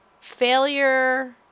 failure